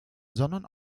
sondern